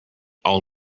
all